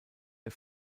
der